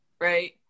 right